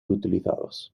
utilizados